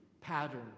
pattern